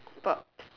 but